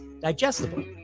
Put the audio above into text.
digestible